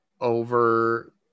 over